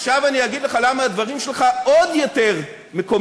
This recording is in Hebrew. עכשיו אני אגיד לך למה הדברים שלך עוד יותר מקוממים.